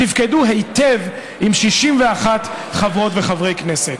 תפקדו היטב עם 61 חברות וחברי כנסת,